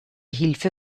hilfe